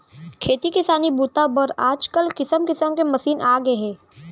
खेती किसानी बूता बर आजकाल किसम किसम के मसीन आ गए हे